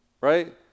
Right